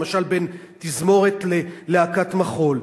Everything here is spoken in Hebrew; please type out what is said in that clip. למשל בין תזמורת ללהקת מחול.